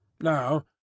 now